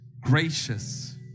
gracious